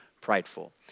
prideful